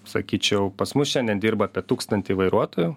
sakyčiau pas mus šiandien dirba apie tūkstantį vairuotojų